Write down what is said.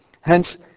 hence